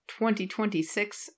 2026